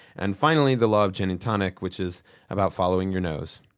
and finally the law of gin and tonic, which is about following your nose